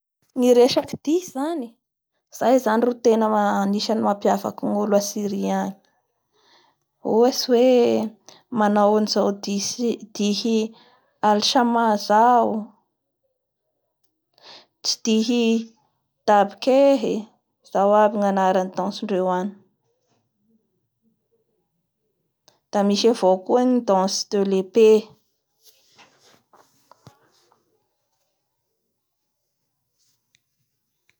Ny asatana amindreo agny ny hira amindreo agny sy ny feonkira amindreo agny zany da fifangaraoan'ny kolontsaina Indiene; espagnole a Afrikanina ireo zany no nifanagaro da nanome fomba fuhiran'olo amindreo agny hita taratsy zany reo amin'ny hira sy amin'ny asa tana.